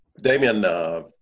Damien